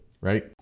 right